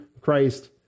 Christ